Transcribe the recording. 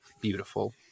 Beautiful